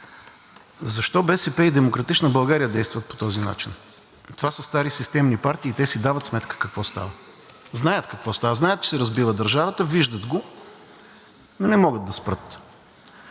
Защо БСП и „Демократична България“ действат по този начин? Това са стари системни партии и те си дават сметка какво става, знаят какво става, знаят, че се разбива държавата, виждат го, но не могат да спрат.